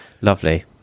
Lovely